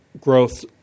growth